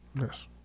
Yes